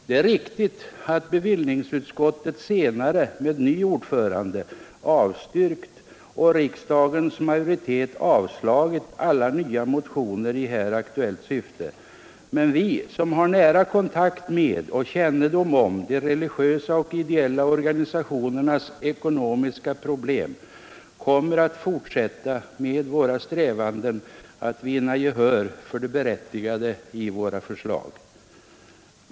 Det är riktigt att bevillningsutskottet senare — med ny ordförande — avstyrkt och riksdagens majoritet avslagit alla nya motioner i här aktuellt syfte, men vi som har nära kontakt med och kännedom om de religiösa och ideella organisationernas ekonomiska problem kommer att fortsätta med våra strävanden att vinna gehör för det berättigade i våra förslag.